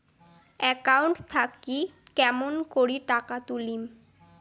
Account থাকি কেমন করি টাকা তুলিম?